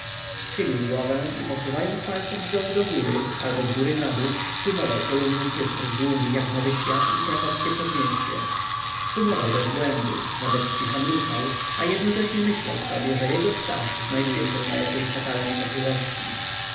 schylił głowę i posuwając palcem zdołu do góry albo zgóry nadół sumował kolumny cyfr długich jak nowy świat i krakowskie przedmieście sumował bez błędu nawet zcicha mruczał a jednocześnie myślał sobie że jego stach znajduje się na jakiejś fatalnej pochyłości to